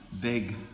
big